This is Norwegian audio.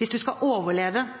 Hvis en skal overleve